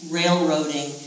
railroading